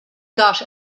got